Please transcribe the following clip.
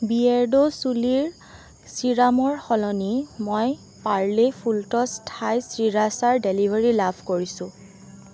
বিয়েৰ্ডো চুলিৰ ছিৰামৰ সলনি মই পাৰ্লে ফুলটছ থাই শ্ৰীৰাচাৰ ডেলিভাৰী লাভ কৰিছোঁ